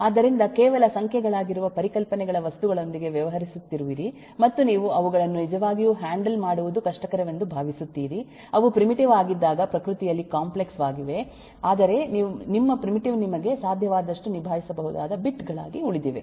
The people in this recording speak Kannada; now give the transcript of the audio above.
ಆದ್ದರಿಂದ ಕೇವಲ ಸಂಖ್ಯೆಗಳಾಗಿರುವ ಪರಿಕಲ್ಪನೆಗಳ ವಸ್ತುಗಳೊಂದಿಗೆ ವ್ಯವಹರಿಸುತ್ತಿರುವಿರಿ ಮತ್ತು ನೀವು ಅವುಗಳನ್ನು ನಿಜವಾಗಿಯೂ ಹ್ಯಾಂಡಲ್ ಮಾಡುವುದು ಕಷ್ಟಕರವೆಂದು ಭಾವಿಸುತ್ತೀರಿ ಅವು ಪ್ರಿಮಿಟಿವ್ ಆಗಿದ್ದಾಗ ಪ್ರಕೃತಿಯಲ್ಲಿ ಕಾಂಪ್ಲೆಕ್ಸ್ ವಾಗಿವೆ ಆದರೆ ನಿಮ್ಮ ಪ್ರಿಮಿಟಿವ್ ನಿಮಗೆ ಸಾಧ್ಯವಾದಷ್ಟು ನಿಬಾಯಿಸಬಹುದಾದ ಬಿಟ್ ಗಳಾಗಿ ಉಳಿದಿವೆ